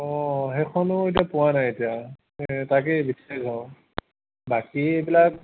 অঁ সেইখনো এতিয়া পোৱা নাই এতিয়া তাকে বিচাৰি যাওঁ বাকী এইবিলাক